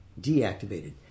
deactivated